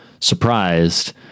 surprised